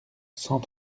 cent